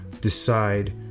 decide